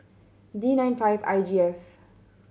D nine five I G F